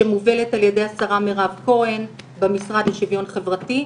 שמובלת על ידי השרה מירב כהן במשרד לשוויון חברתי.